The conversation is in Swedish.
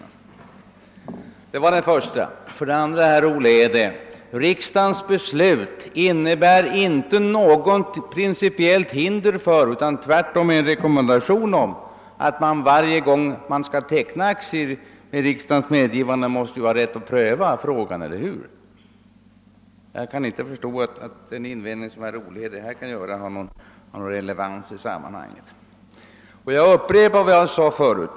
Vidare vill jag säga till herr Olhede, att riksdagens beslut inte innebär något principiellt hinder för utan tvärtom en rekommendation om att riksdagen, varje gång man vill teckna aktier med riksdagens medgivande, måste ha rätt att pröva frågan. Eller hur? Jag kan inte förstå att herr Olhedes invändning på denna punkt har någon relevans.